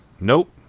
Nope